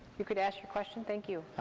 you could ask your question, thank you.